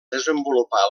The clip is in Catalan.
desenvolupar